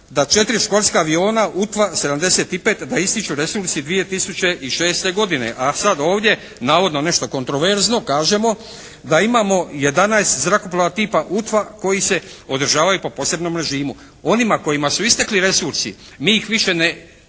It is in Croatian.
da sa 4 školska aviona UTWA 75 da ističu resursi 2006. godine. A sad ovdje navodno nešto kontraverzno, kažemo da imamo 11 zrakoplova tipa UTWA koji se održavaju po posebnom režimu. Onima kojima su istekli resursi, mi ih više ne održavamo